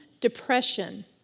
depression